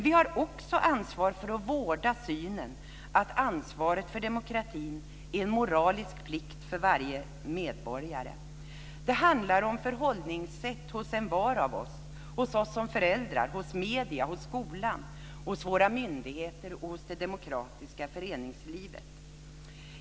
Vi har också ansvar för att vårda synen att ansvaret för demokratin är en moralisk plikt för varje medborgare. Det handlar om förhållningssätt hos envar av oss - hos oss som föräldrar, hos medierna, hos skolan, hos våra myndigheter och hos det demokratiska föreningslivet.